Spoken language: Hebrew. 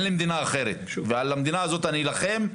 אין לי מדינה אחרת ועל המדינה זאת אני אלחם.